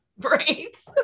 right